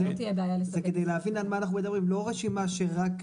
אז כדי להבין על מה אנחנו מדברים, לא רשימה שרק,